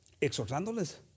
exhortándoles